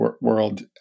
world